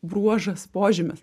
bruožas požymis